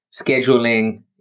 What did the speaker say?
scheduling